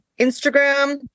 instagram